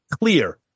clear